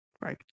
Right